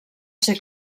ser